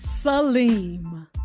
Salim